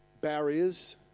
barriers